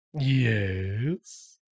Yes